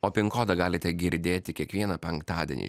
o pin kodą galite girdėti kiekvieną penktadienį